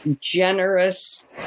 generous